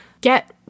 get